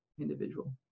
individual